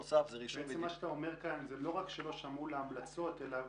בעצם אתה אומר שלא רק שלא שמעו להמלצות, אלא